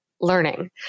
learning